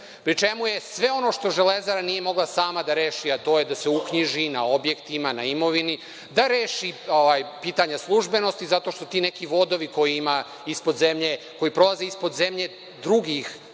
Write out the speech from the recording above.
pri čemu je sve ono što „Železara“ nije mogla sama da reši, a to je da se uknjiži na objektima, na imovini, da reši pitanja službenosti zato što ti neki vodovi koje ima ispod zemlje, koji